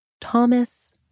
Thomas